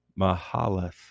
Mahalath